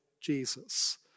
Jesus